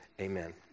amen